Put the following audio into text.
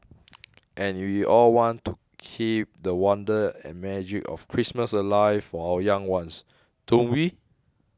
and we all want to keep the wonder and magic of Christmas alive for our young ones don't we